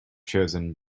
chosen